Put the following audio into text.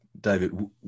David